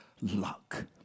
luck